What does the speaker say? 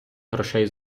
грошей